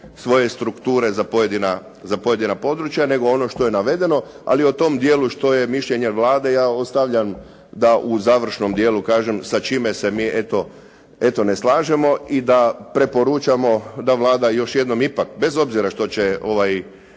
svoje strukture za pojedina područja nego ono što je navedeno ali o tom dijelu što je mišljenje Vlade ja ostavljam da u završnom dijelu kažem sa čime se mi eto ne slažemo i da preporučamo da Vlada još jednom ipak bez obzira što će ovaj